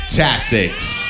tactics